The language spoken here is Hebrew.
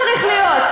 צריך להיות.